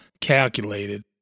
calculated